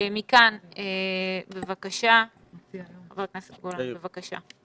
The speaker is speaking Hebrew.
ח"כ גולן, בבקשה.